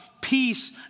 peace